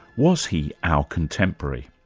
was he our contemporary?